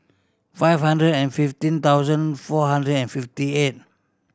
five hundred and fifteen thousand four hundred and fifty eight